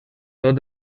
tot